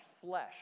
flesh